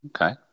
Okay